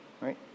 right